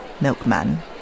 Milkman